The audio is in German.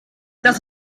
das